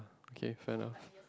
okay fair enough